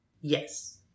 Yes